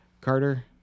carter